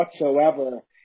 whatsoever